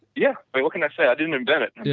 yeah. what can i say, i didn't invent it,